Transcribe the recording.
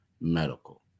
Medical